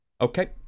okay